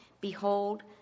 Behold